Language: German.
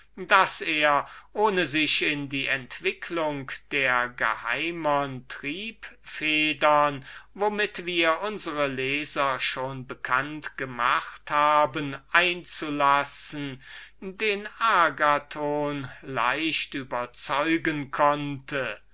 daß er ohne sich in die entwicklung der geheimern triebfedern womit wir unsre leser schon bekannt gemacht haben einzulassen den agathon leicht überzeugen konnte